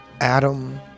Adam